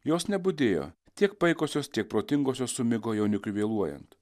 jos nebudėjo tiek paikosios tiek protingosios sumigo jaunikiui vėluojant